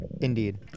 Indeed